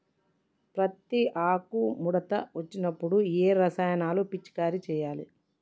పత్తి ఆకు ముడత వచ్చినప్పుడు ఏ రసాయనాలు పిచికారీ చేయాలి?